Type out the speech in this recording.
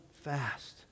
fast